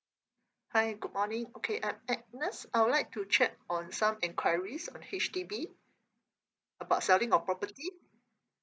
hi good morning okay I'm agnes I would like to check on some enquiries on H_D_B about selling of property